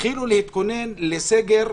תתחילו להתכונן לסגר.